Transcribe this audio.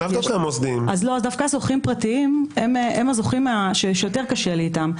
אבל דווקא הזוכים הפרטיים הם הזוכים שיותר קשה לי איתם,